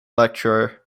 lecturer